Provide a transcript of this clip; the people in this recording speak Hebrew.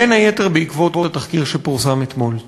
בין היתר בעקבות התחקיר שפורסם אתמול.